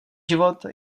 život